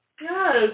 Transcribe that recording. Yes